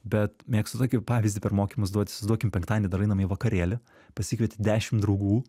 bet mėgstu tokį pavyzdį per mokymus duot įsivaizduokim penktadienį darai namie vakarėlį pasikvieti dešim draugų